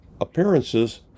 appearances